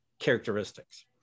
characteristics